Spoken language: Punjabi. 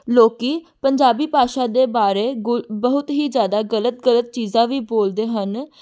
ਲੋਕ ਪੰਜਾਬੀ ਭਾਸ਼ਾ ਦੇ ਬਾਰੇ ਗੁਲ ਬਹੁਤ ਹੀ ਜ਼ਿਆਦਾ ਗਲਤ ਗਲਤ ਚੀਜ਼ਾਂ ਵੀ ਬੋਲਦੇ ਹਨ